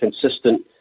consistent